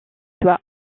doit